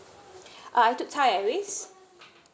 I've took Thai Airways